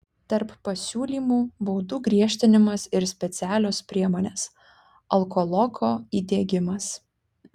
tarp pasiūlymų baudų griežtinimas ir specialios priemonės alkoloko įdiegimas